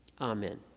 Amen